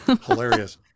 hilarious